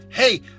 Hey